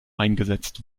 eingesetzt